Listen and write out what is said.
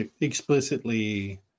explicitly